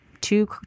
two